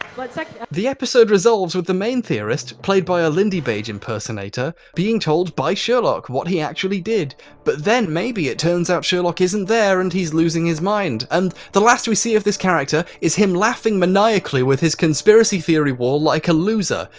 like the episode resolves with the main theorist, played by a lindybeige impersonator, being told by sherlock what he actually did but then maybe it turns out sherlock isn't there and he's losing his mind and the last we see of this character is him laughing maniacally with his conspiracy theory wall like a loser.